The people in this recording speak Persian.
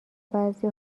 بعضی